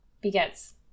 begets